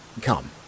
Come